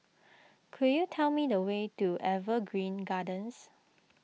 could you tell me the way to Evergreen Gardens